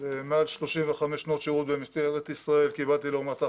מעל 35 שנות שירות במשטרת ישראל קיבלתי לא מעט החלטות,